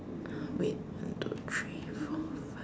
wait one two three four five